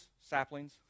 saplings